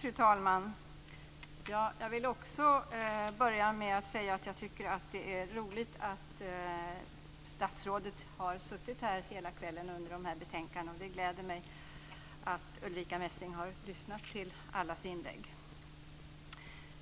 Fru talman! Jag vill också börja med att säga att jag tycker att det är roligt att statsrådet har suttit här hela kvällen under de här betänkandena. Det gläder mig att Ulrica Messing har lyssnat till allas inlägg.